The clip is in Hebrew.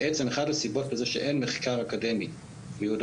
בעצם אחת הסיבות לזה שאין מחקר אקדמי ביהודה